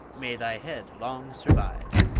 may thy head long survive!